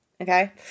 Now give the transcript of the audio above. okay